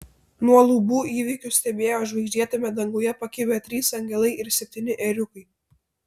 nuo lubų įvykius stebėjo žvaigždėtame danguje pakibę trys angelai ir septyni ėriukai